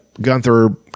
gunther